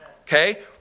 Okay